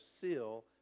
seal